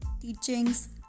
teachings